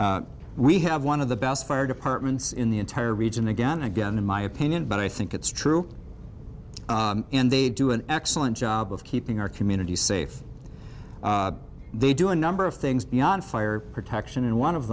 communities we have one of the best fire departments in the entire region again and again in my opinion but i think it's true and they do an excellent job of keeping our communities safe they do a number of things beyond fire protection and one of